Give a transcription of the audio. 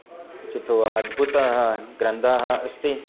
उचितो वा अद्भुतः ग्रन्थाः अस्ति